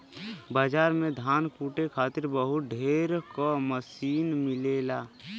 बाजार में धान कूटे खातिर बहुत ढेर क मसीन मिलेला